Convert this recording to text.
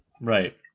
right